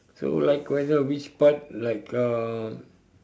so like why not which part like uh